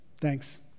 Thanks